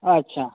अच्छा